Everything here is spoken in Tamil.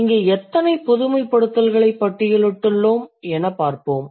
இங்கே எத்தனை பொதுமைப்படுத்தல்களை பட்டியலிட்டுள்ளோம் என பார்ப்போம்